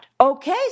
okay